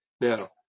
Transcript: Now